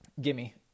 Gimme